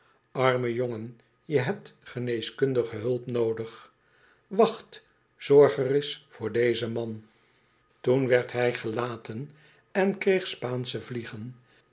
armé jongen je hebt geneeskundige hulp noodig wacht zorg reis voor dezen man toen werd hij gelaten en kreeg spaansche vliegen